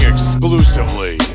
Exclusively